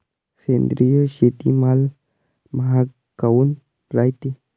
सेंद्रिय शेतीमाल महाग काऊन रायते?